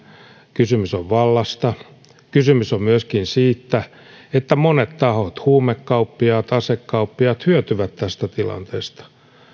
kysymys on vallasta kysymys on myöskin siitä että monet tahot huumekauppiaat asekauppiaat hyötyvät tästä tilanteesta